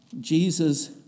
Jesus